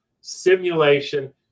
simulation